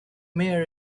mayor